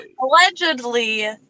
allegedly